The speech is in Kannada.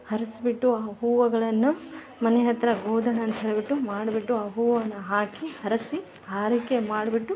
ಹರ್ಸ್ಬಿಟ್ಟು ಹೂವಗಳನ್ನ ಮನೆ ಹತ್ತಿರ ಹೋದ ನಂತ್ ಹೋಗ್ಬಿಟ್ಟು ಮಾಡ್ಬಿಟ್ಟು ಆ ಹೂವನ್ನ ಹಾಕಿ ಹರಸಿ ಹಾರೈಕೆ ಮಾಡ್ಬಿಟ್ಟು